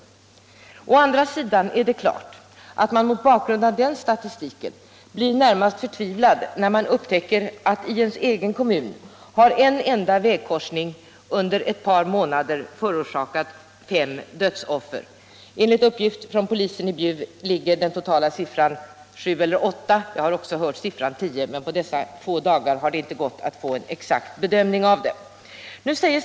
Mot bakgrund av den statistiken är det klart att man blir närmast förtvivlad när man upptäcker att i ens egen kommun en enda vägkorsning under ett par månader förorsakat fem dödsoffer. Enligt uppgifter från polisen i Bjuv är totalsiffran sju eller åtta. Jag har också hört siffran tio, men på dessa få dagar har det inte gått att få fram en exakt uppgift.